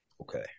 Okay